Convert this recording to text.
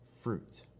fruit